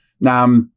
Now